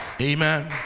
Amen